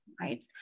right